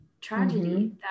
tragedy